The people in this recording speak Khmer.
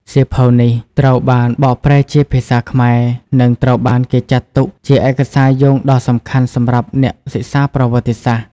សៀវភៅនេះត្រូវបានបកប្រែជាភាសាខ្មែរ និងត្រូវបានគេចាត់ទុកជាឯកសារយោងដ៏សំខាន់សម្រាប់អ្នកសិក្សាប្រវត្តិសាស្ត្រ។